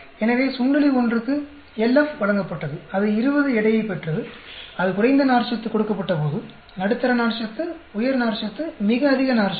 எனவே சுண்டெலி ஒன்றுக்கு LF வழங்கப்பட்டது அது 20 எடையை பெற்றது அது குறைந்த நார்ச்சத்து கொடுக்கப்பட்டபோது நடுத்தர நார்ச்சத்து உயர் நார்ச்சத்து மிக அதிக நார்ச்சத்து